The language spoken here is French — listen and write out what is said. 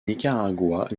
nicaragua